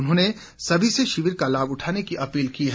उन्होंने सभी से शिविर का लाभ उठाने की अपील की है